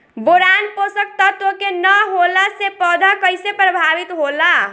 Boron पोषक तत्व के न होला से पौधा कईसे प्रभावित होला?